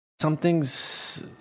something's